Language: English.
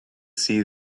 see